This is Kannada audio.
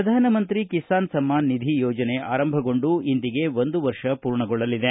ಪ್ರಧಾನ ಮಂತ್ರಿ ಕಿಸಾನ್ ಸಮ್ಮನ್ ನಿಧಿ ಯೋಜನೆ ಆರಂಭಗೊಂಡು ಇಂದಿಗೆ ಒಂದು ವರ್ಷ ಪೂರ್ಣಗೊಳ್ಳಲಿದೆ